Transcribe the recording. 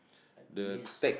I miss